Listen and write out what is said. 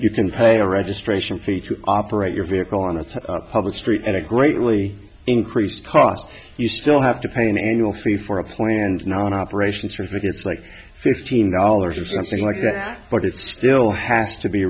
you can pay a registration fee to operate your vehicle on a public street at a greatly increased cost you still have to pay an annual fee for a plane and not on operations or think it's like fifteen dollars or something like that but it still has to be